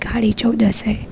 કાળી ચૌદસે